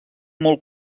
molt